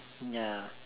ya